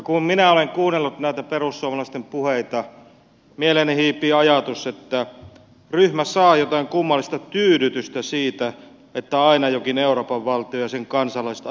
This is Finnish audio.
kun minä olen kuunnellut näitä perussuomalaisten puheita mieleeni hiipii ajatus että ryhmä saa jotain kummallista tyydytystä siitä että aina jokin euroopan valtio ja sen kansalaiset ajautuvat kriisiin